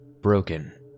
Broken